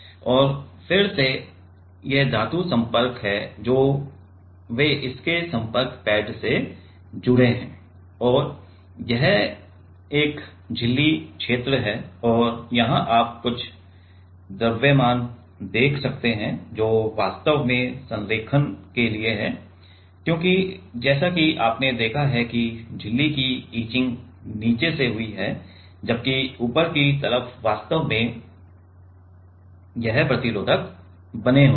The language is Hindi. और फिर ये धातु संपर्क हैं जो वे इसके संपर्क पैड से जुड़े हैं और यह एक झिल्ली क्षेत्र है और वहां आप कुछ द्रव्यमान देख सकते हैं जो वास्तव में संरेखण के लिए हैं क्योंकि जैसा कि आपने देखा है कि झिल्ली की इचिंग नीचे से हुई है जबकि ऊपर की तरफ वास्तव में यह प्रतिरोधक बने होते हैं